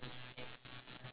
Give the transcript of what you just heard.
lobster